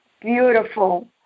beautiful